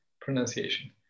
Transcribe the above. pronunciation